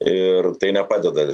ir tai nepadeda